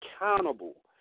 accountable